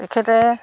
তেখেতে